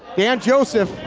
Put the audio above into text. dan joseph,